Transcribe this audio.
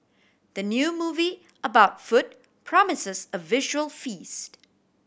the new movie about food promises a visual feast